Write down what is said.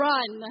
Run